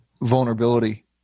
vulnerability